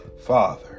Father